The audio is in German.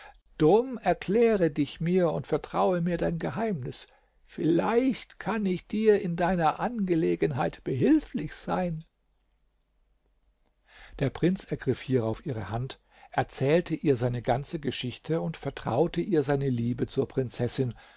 drum erkläre dich mir und vertraue mir dein geheimnis vielleicht kann ich dir in deiner angelegenheit behilflich sein der prinz ergriff hierauf ihre hand erzählte ihr seine ganze geschichte und vertraute ihr seine liebe zur prinzessin